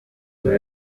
buri